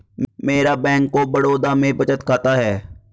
मेरा bank of Baroda में बचत खाता है